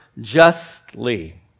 justly